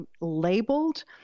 labeled